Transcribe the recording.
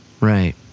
Right